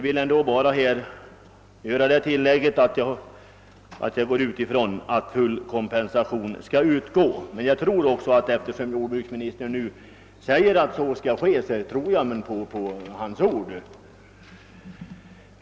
Men jag utgår från att full kompensation verkligen kommer att utgå, och eftersom jordbruksministern förklarar att så skall ske, så tror jag honom på hans ord.